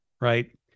right